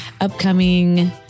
upcoming